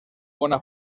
bona